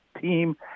team